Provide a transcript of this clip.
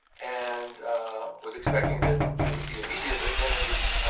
and was expecting that it would be immediate, but then it was,